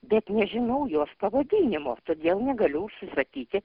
bet nežinau jos pavadinimo todėl negaliu susakyti